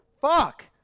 Fuck